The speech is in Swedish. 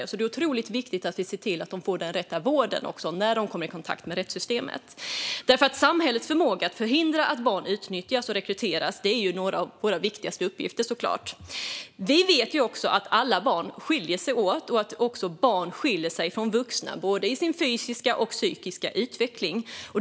Det är därför otroligt viktigt att vi ser till att de får den rätta vården när de kommer i kontakt med rättssystemet. Att förhindra att barn utnyttjas och rekryteras till kriminalitet är en av våra viktigaste uppgifter i samhället, såklart. Vi vet att alla barn skiljer sig åt och att barn skiljer sig från vuxna i både sin fysiska och sin psykiska utveckling.